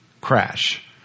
crash